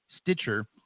Stitcher